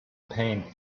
paint